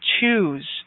choose